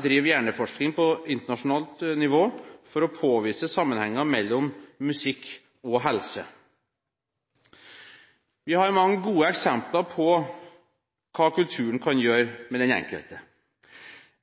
driver hjerneforskning på internasjonalt nivå for å påvise sammenhenger mellom musikk og helse. Vi har mange gode eksempler på hva kulturen kan gjøre med den enkelte.